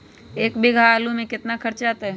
एक बीघा आलू में केतना खर्चा अतै?